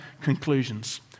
conclusions